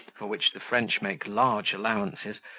for which the french make large allowances,